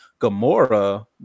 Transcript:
Gamora